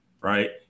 right